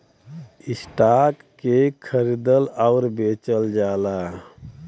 stock के खरीदल आउर बेचल जाला